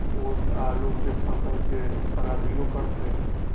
ओस आलू के फसल के खराबियों करतै?